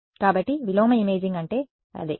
కాబట్టి విలోమ ఇమేజింగ్ అంటే అదే